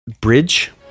bridge